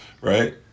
right